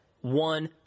one